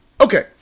Okay